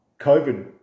COVID